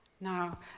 Now